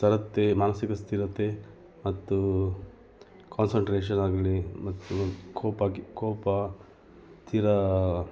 ಸ್ಥಿರತೆ ಮಾನಸಿಕ ಸ್ಥಿರತೆ ಮತ್ತು ಕಾನ್ಸನ್ಟ್ರೇಶನಾಗಲೀ ಮತ್ತು ಕೋಪಾ ಕೋಪ ತೀರಾ